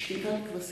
שתיקת כבשים.